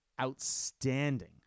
outstanding